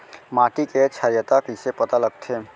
माटी के क्षारीयता कइसे पता लगथे?